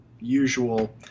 Usual